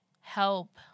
help